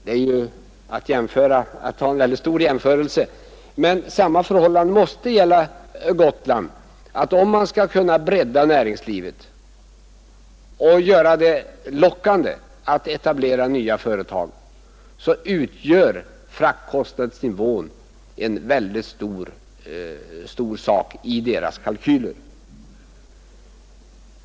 Detta är en jämförelse från den stora världen, men förhållandena på Gotland är liknande. Skall man bredda näringslivet och göra det lockande att etablera nya företag så måste man ta hänsyn till fraktkostnaderna, som är en viktig post i kalkylerna.